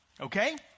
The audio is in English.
okay